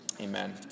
Amen